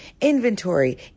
inventory